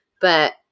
But-